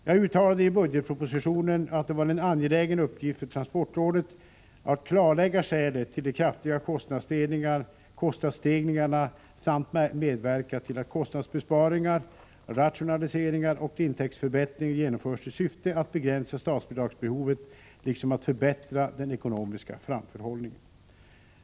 Jag uttalade i budgetpropositionen att det var en angelägen uppgift för transportrådet att klarlägga skälet till de kraftiga kostnadsstegringarna samt medverka till att kostnadsbesparingar, rationaliseringar och intäktsförbättringar genomförs i syfte att begränsa statsbidragsbehovet liksom att förbättra den ekonomiska framförhållningen.